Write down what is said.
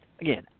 again